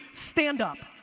stand up.